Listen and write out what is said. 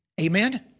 Amen